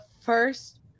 first